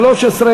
התשע"ג 2013,